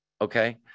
Okay